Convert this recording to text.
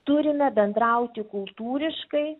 turime bendrauti kultūriškai